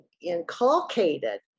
inculcated